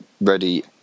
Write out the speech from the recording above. ready